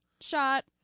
Shot